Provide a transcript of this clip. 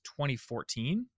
2014